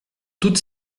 toutes